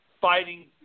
fighting